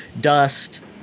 dust